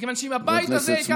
מכיוון שאם הבית הזה ייקח